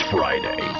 Friday